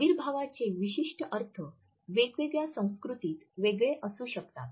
आविर्भावाचे विशिष्ट अर्थ वेगवेगळ्या संस्कृतीत वेगळे असू शकतात